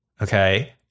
Okay